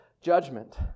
judgment